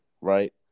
Right